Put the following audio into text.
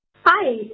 Hi